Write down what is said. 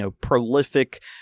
prolific